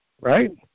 Right